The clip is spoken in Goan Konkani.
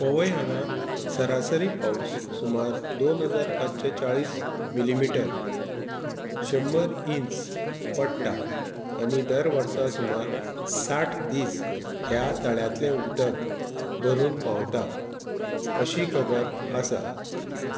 पोवय हांगा सरासरी पावस सुमार दोन हजार पांचशे चाळीस मिलीमिटर शंबर इंच पडटा आनी दर वर्सा सुमार साठ दीस ह्या तळ्यांतलें उदक भरून व्हांवता अशी खबर आसा